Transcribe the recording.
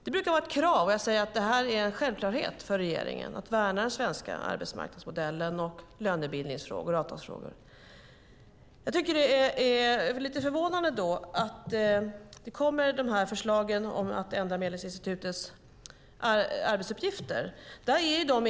Det brukar vara ett krav - och jag säger att det är en självklarhet för regeringen - att värna den svenska arbetsmarknadsmodellen och lönebildnings och avtalsfrågor. Jag tycker då att det är lite förvånande att de här förslagen om att ändra Medlingsinstitutets arbetsuppgifter kommer.